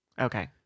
Okay